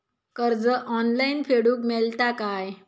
कर्ज ऑनलाइन फेडूक मेलता काय?